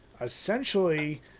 essentially